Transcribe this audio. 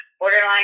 borderline